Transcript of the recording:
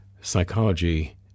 psychology